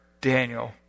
Daniel